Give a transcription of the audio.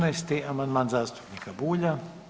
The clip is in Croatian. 14. amandman zastupnika Bulja.